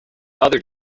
other